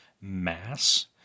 mass